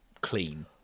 clean